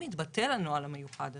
אם יתבטל הנוהל המיוחד הזה,